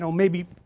so maybe